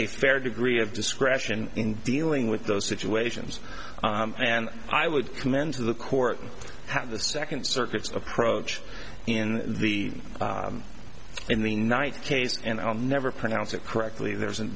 a fair degree of discretion in dealing with those situations and i would commend to the court and have the second circuit approach in the in the night case and i'll never pronounce it correctly there